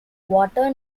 water